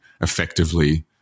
effectively